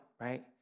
right